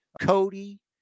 Cody